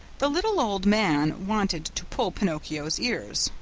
the little old man wanted to pull pinocchio's ears.